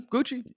Gucci